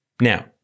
Now